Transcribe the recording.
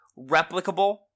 replicable